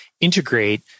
integrate